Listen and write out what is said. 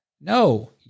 No